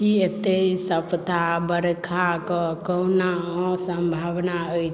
की एतेक सप्ताह बरखाक कओनो सम्भावना अइ